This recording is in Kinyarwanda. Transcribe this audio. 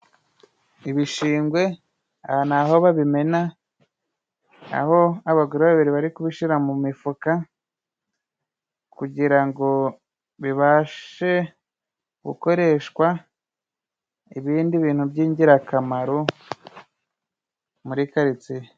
Ibishingwe aha ni aho babimena, aho abagore babiri bari kubishira mu mifuka kugira ngo bibashe gukoreshwa ibindi bintu by'ingirakamaro muri Karitiye.